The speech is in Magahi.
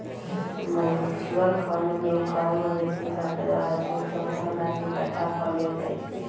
म्यूच्यूअल फंड में कएगो व्यक्ति सभके द्वारा छोट छोट धनराशि एकठ्ठा क लेल जाइ छइ